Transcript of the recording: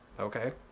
okay.